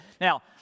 Now